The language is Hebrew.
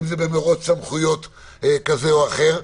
כמו מרוץ סמכויות כזה או אחר,